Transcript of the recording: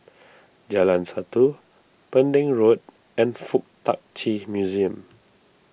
Jalan Satu Pending Road and Fuk Tak Chi Museum